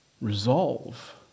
resolve